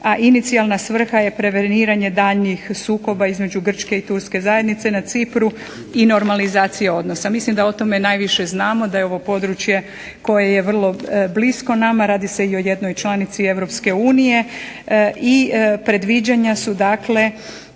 a inicijalna svrha je preveniranje daljnjih sukoba između Turske i Grčke zajednice na Cipru i normalizaciji odnosa. Mislim da o tome više znamo jer ovo je područje koje je blisko nama radi se o jednoj članici Europske unije i predviđanja su dakle